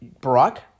Barack